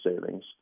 savings